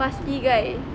parsley guy